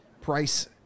price